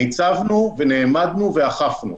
ניצבנו ונעמדנו ואכפנו,